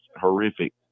horrific